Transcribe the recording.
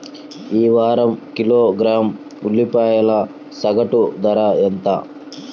ఈ వారం కిలోగ్రాము ఉల్లిపాయల సగటు ధర ఎంత?